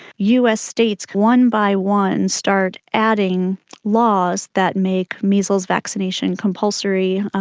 us states one by one start adding laws that make measles vaccination compulsory.